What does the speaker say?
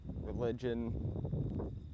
religion